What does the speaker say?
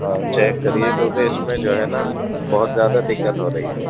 ہاں چیک کریے کیونکہ اس میں جو ہے نا بہت زیادہ دقت ہو رہی ہے